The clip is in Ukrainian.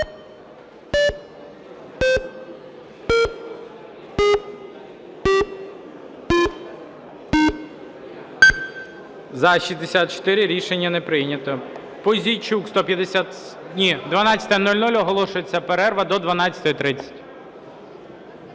За-54 Рішення не прийнято.